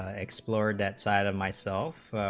ah explored outside of myself,